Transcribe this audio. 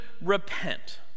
repent